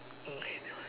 okay never mind